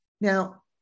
Now